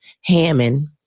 Hammond